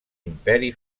imperi